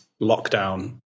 lockdown